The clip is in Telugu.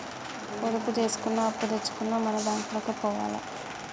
పొదుపు జేసుకున్నా, అప్పుదెచ్చుకున్నా మన బాంకులకే పోవాల